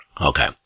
Okay